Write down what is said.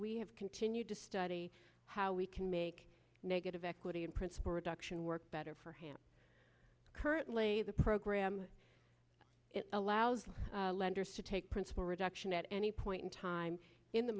we have continued to study how we can make negative equity in principal reduction work better for him currently the program allows the lenders to take principal reduction at any point in time in the